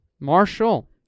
Marshall